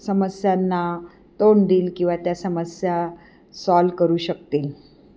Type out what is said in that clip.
समस्यांना तोंड देईल किंवा त्या समस्या सॉल्व्ह करू शकतील